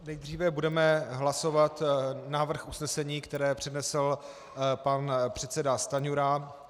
Nejdříve budeme hlasovat návrh usnesení, které přednesl pan předseda Stanjura.